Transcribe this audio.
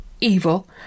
evil